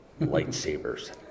lightsabers